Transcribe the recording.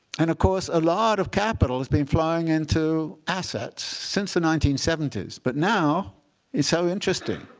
and of course, a lot of capital has been flying into assets since the nineteen seventy s. but now it's so interesting.